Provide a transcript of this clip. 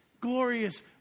glorious